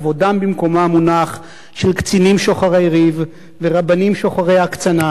כבודם של קצינים שוחרי ריב ורבנים שוחרי הקצנה